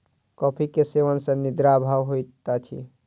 coffee के सेवन सॅ निद्रा अभाव होइत अछि